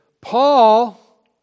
Paul